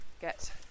get